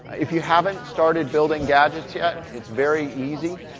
if you haven't started building gadgets yet, it's very easy.